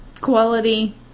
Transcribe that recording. quality